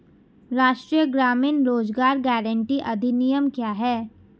राष्ट्रीय ग्रामीण रोज़गार गारंटी अधिनियम क्या है?